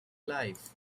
life